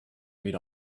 read